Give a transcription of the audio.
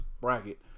bracket